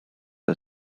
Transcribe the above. are